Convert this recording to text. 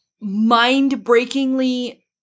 mind-breakingly